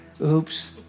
Oops